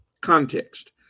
context